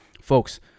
Folks